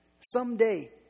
Someday